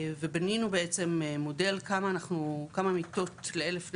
ובנינו בעצם מודל כמה מיטות לאלף נפש,